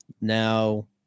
Now